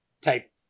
type